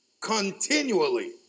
Continually